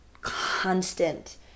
constant